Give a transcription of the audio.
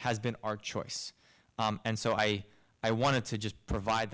has been our choice and so i i wanted to just provide